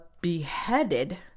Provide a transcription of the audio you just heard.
beheaded